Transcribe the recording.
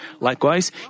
Likewise